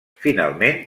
finalment